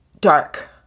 dark